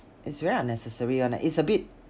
it's very unnecessary [one] ah it's a bit